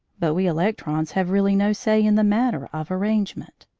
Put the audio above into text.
but we electrons have really no say in the matter of arrangement.